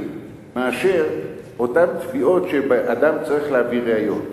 מאשר תביעות שבהן אדם צריך להביא ראיות.